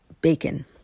bacon